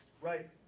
right